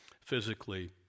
physically